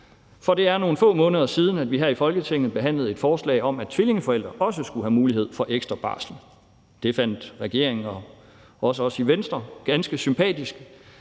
Det er nogle få måneder siden, at vi her i Folketinget behandlede et forslag om, at tvillingeforældre også skulle have mulighed for ekstra barsel. Det fandt regeringen og også os i Venstre ganske sympatisk,